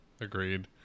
Agreed